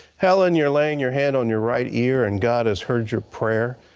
helen, your laying your hand on your right ear, and god has heard your prayer.